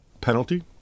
Penalty